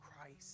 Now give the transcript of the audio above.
Christ